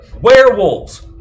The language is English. Werewolves